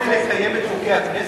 אבל יש לנו פטור מלקיים את חוקי הכנסת?